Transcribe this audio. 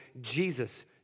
Jesus